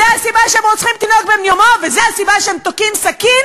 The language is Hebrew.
זו הסיבה שהם רוצחים תינוק בן יומו וזו הסיבה שהם תוקעים סכין